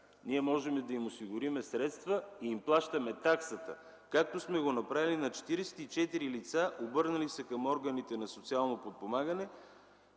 можем да им осигурим средства и да им плащаме таксата, както сме го направили на 44 лица, обърнали се към органите на „Социално подпомагане”,